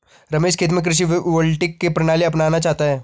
रमेश खेत में कृषि वोल्टेइक की प्रणाली अपनाना चाहता है